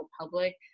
public